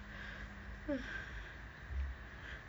!huh! uh